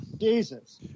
Jesus